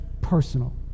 personal